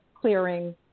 Clearing